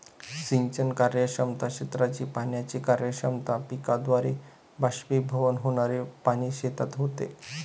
सिंचन कार्यक्षमता, क्षेत्राची पाण्याची कार्यक्षमता, पिकाद्वारे बाष्पीभवन होणारे पाणी शेतात होते